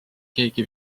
keegi